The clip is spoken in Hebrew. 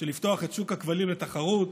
לפתוח את שוק הכבלים לתחרות,